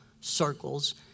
circles